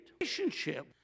Relationship